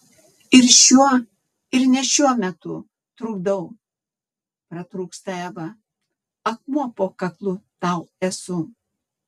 ir šiuo ir ne šiuo metu trukdau pratrūksta eva akmuo po kaklu tau esu